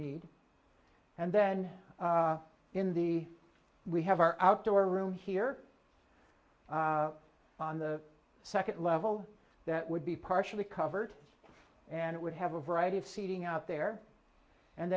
need and then in the we have our outdoor room here on the second level that would be partially covered and it would have a variety of seating out there and